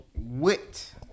WIT